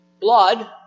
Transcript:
blood